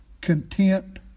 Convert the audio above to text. content